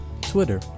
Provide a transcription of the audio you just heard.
Twitter